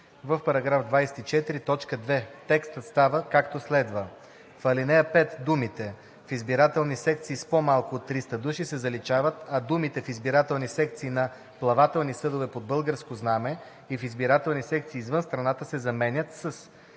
„В § 24, т. 2 текстът става, както следва: В ал. 5 думите „в избирателни секции с по-малко от 300 души,“ се заличават, а думите „в избирателни секции на плавателни съдове под българско знаме и в избирателни секции извън страната“ се заменят с